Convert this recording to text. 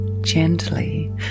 gently